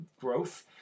growth